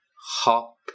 hop